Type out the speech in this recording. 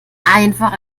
einfach